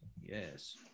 Yes